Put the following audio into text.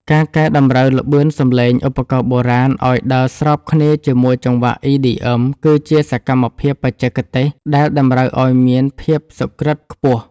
ការកែតម្រូវល្បឿនសំឡេងឧបករណ៍បុរាណឱ្យដើរស្របគ្នាជាមួយចង្វាក់ EDM គឺជាសកម្មភាពបច្ចេកទេសដែលតម្រូវឱ្យមានភាពសុក្រឹតខ្ពស់។